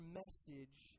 message